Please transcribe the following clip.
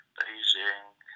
Beijing